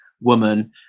woman